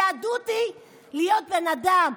היהדות היא להיות בן אדם,